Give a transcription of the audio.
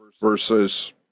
versus